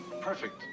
perfect